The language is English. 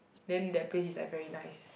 then that place is like very nice